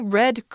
red